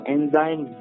Enzyme